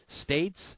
states